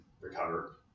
recover